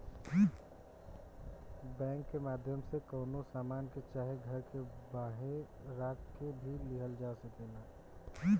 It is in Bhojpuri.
बैंक के माध्यम से कवनो सामान के चाहे घर के बांहे राख के भी लिहल जा सकेला